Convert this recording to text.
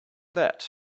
that